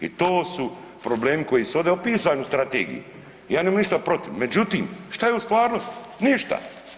I to su problemi koji su ovdje opisani u strategiji, ja nemam ništa protiv, međutim šta je u stvarnosti, ništa.